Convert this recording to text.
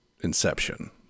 Inception